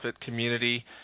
community